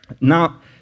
Now